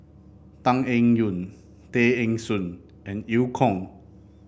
Tan Eng Yoon Tay Eng Soon and Eu Kong